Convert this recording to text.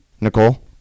Nicole